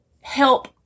help